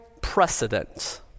precedent